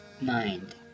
mind